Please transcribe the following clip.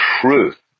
Truth